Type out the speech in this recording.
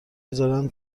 میذارن